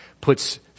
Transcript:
puts